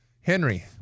Henry